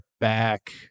back